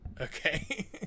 Okay